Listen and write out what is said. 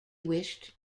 wished